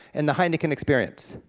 and the heineken experience.